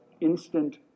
instant